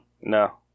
No